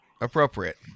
appropriate